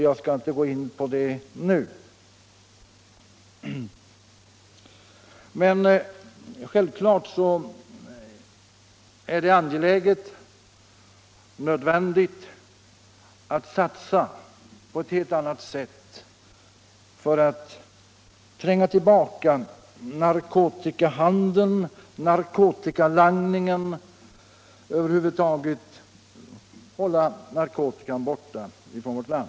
Jag skall inte gå in på den nu. Men självfallet är det angeläget och nödvändigt att satsa på ett helt annat sätt än hittills för att tränga tillbaka narkotikahandeln, narkotikalangningen — över huvud taget hålla narkotikan borta från vårt land.